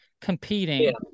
competing